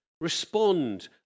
respond